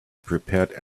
prepared